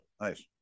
nice